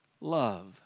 love